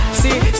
see